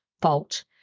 fault